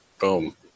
boom